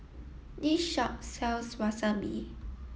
this shop sells Wasabi